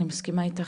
אני מסכימה איתך.